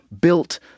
built